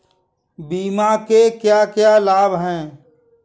बीमा के क्या क्या लाभ हैं?